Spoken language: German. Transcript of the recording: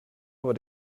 aber